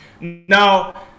Now